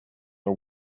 are